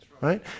Right